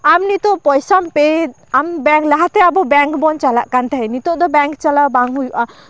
ᱟᱢ ᱱᱤᱛᱚᱜ ᱯᱚᱭᱥᱟᱢ ᱯᱮᱭᱟ ᱵᱮᱝᱠ ᱞᱟᱦᱟᱛᱮ ᱟᱵᱚ ᱵᱮᱝᱠ ᱵᱚᱱ ᱪᱟᱞᱟᱜ ᱠᱟᱱ ᱛᱟᱦᱮᱸᱜ ᱱᱤᱛᱚᱜ ᱫᱚ ᱵᱮᱝᱠ ᱪᱟᱞᱟᱣ ᱵᱟᱝ ᱦᱩᱭᱩᱜᱼᱟ